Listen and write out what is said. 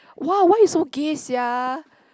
!wah! why you so gay sia